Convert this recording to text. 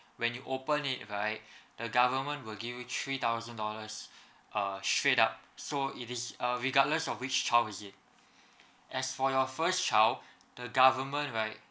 when you open it right the government will give you three thousand dollars uh straight up so it is uh regardless of which child is it as for your first child the government right